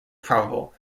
probable